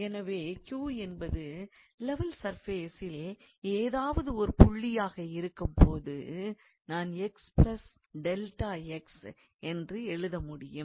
எனவே Q என்பது level சர்ஃபேசில் ஏதாவது ஒரு புள்ளியாக இருக்கும்போது நான் என்று எழுதமுடியும்